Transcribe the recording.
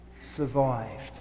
survived